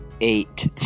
Eight